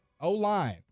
O-line